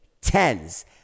tens